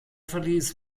verließ